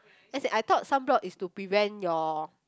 as in I thought sunblock is to prevent your